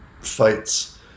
fights